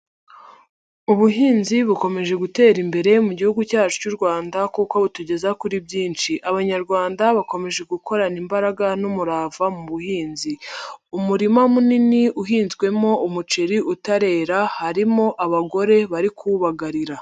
Ubuhinzi bukomeje gutera imbere mu gihugu cyacu cy'u Rwanda kuko butugeza kuri byinshi. Abanyarwanda bakomeje gukorana imbaraga n'umurava mu buhinzi. Umurima munini uhinzwemo umuceri utarera, harimo abagore bari kuwubagarira.